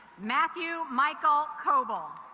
matthew michael kobol